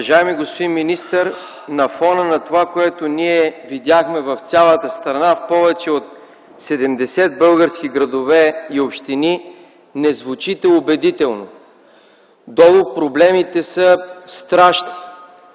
Уважаеми господин министър, на фона на това, което ние видяхме в цялата страна, в повече от 70 български градове и общини, не звучите убедително. Долу проблемите са страшни!